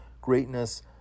greatness